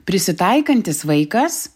prisitaikantis vaikas